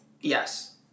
Yes